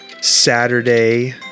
Saturday